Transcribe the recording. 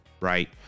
right